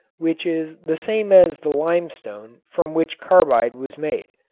which is the same as the limestone from which carbide was made.